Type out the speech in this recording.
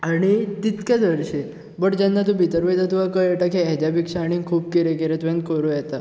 आनी तितकेंच हरशीं बट जेन्ना तूं भितर वयता तुका कळटा की हेज्या पेक्षा आनीक खूब कितें कितें तुंवेन कोरूं येता